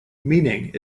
meaning